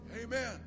Amen